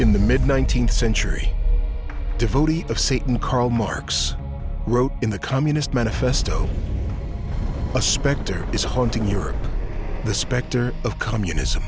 in the mid nineteenth century devotedly of satan karl marx wrote in the communist manifesto a specter is haunting europe the specter of communism